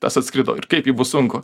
tas atskrido ir kaip jį bus sunku